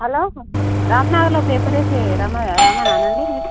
hello రామనగర్లో paper వేసే రమ రామారావండి మీరు